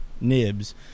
nibs